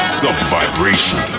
sub-vibration